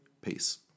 Peace